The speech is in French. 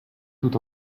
tout